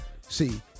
See